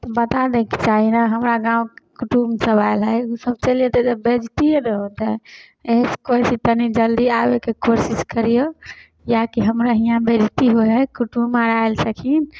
तऽ बता दैके चाही ने हमरा गाम कुटुमसभ आएल हइ ओसभ चलि जएतै तऽ बेज्जतिए ने होतै एहिसे कहै छी तनि जल्दी आबैके कोशिश करिऔ किएकि हमरा हिआँ बेज्जती होइ हइ कुटुम आर आएल छथिन